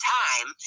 time